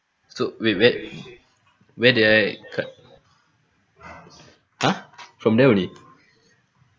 so wait where where did I cut !huh! from there only